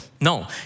No